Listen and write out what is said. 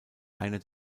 einer